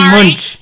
Munch